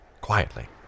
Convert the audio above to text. Quietly